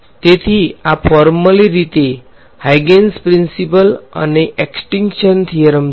તેથી આ ફોર્મલી રીતે હાઈજેન પ્રીન્સીપાલ અને એક્સ્ટીંક્શન થીયરમ છે